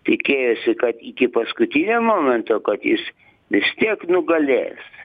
tikėjosi kad iki paskutinio momento kad jis vis tiek nugalės